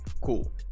cool